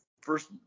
first